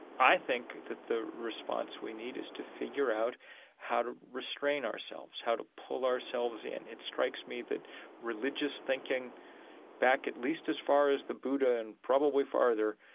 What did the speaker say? i think that the response we need is to figure out how to restrain ourselves, how to pull ourselves in. it strikes me that religious thinking back at least as far as the buddha and probably farther,